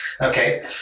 okay